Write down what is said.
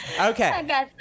Okay